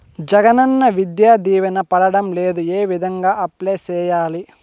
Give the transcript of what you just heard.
జగనన్న విద్యా దీవెన పడడం లేదు ఏ విధంగా అప్లై సేయాలి